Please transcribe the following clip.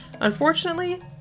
Unfortunately